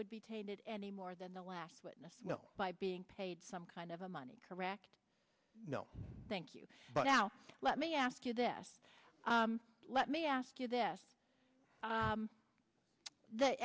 would be tainted any more than the last witness by being paid some kind of a money correct no thank you but now let me ask you this let me ask you this